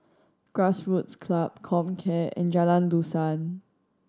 Grassroots Club Comcare and Jalan Dusan